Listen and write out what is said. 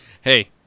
Hey